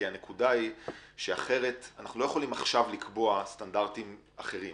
אנחנו לא יכולים לקבוע עכשיו סטנדרטים אחרים,